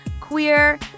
queer